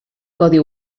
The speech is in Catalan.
codi